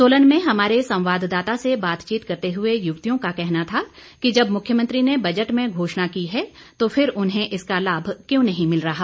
सोलन में हमारे संवाददाता से बातचीत करते हुए युवतियों का कहना था कि जब मुख्यमंत्री ने बजट में घोषणा की है तो फिर उन्हें इसका लाभ क्यों नहीं मिल रहा